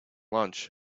lunch